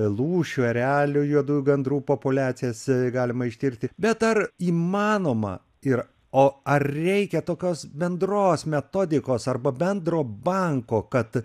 lūšių erelių juodųjų gandrų populiacijas galima ištirti bet ar įmanoma ir o ar reikia tokios bendros metodikos arba bendro banko kad